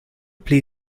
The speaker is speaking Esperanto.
pli